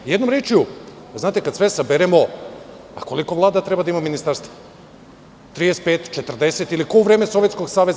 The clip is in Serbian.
Jednom rečju, kad sve saberemo, pa koliko Vlada treba da ima ministarstava, 35, 40 ili ko u vreme Sovjetskog saveza?